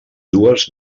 dues